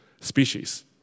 species